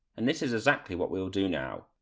and this is exactly what we will do now.